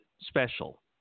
special